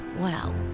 Wow